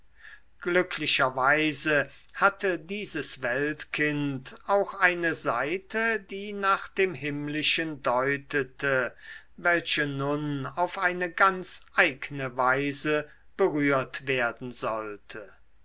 glücklicherweise hatte dieses weltkind auch eine seite die nach dem himmlischen deutete welche nun auf eine ganz eigne weise berührt werden sollte